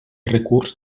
recurs